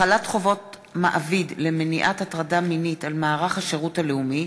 החלת חובות מעביד למניעת הטרדה מינית על מערך השירות הלאומי),